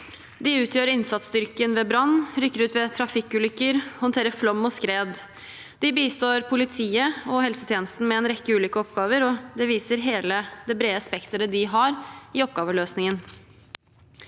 De utgjør innsatsstyrken ved brann, rykker ut ved trafikkulykker, håndterer flom og skred. De bistår politiet og helsetjenesten med en rekke ulike oppgaver. Det viser hele det brede spekteret de har i oppgaveløsningen.